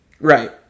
Right